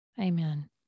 amen